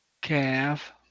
Calf